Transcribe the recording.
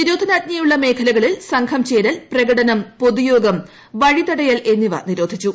നിരോധനാജ്ഞയുള്ള മേഖലകളിൽ സംഘം പ്രേര്ൽ പ്രകടനം പൊതുയോഗം വഴി തടയൽ എന്നിവ നിരോധിച്ചു